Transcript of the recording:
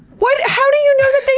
what, how do you know that they